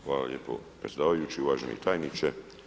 Hvala lijepo predsjedavajući, uvaženi tajniče.